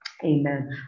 Amen